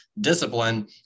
discipline